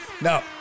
No